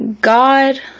God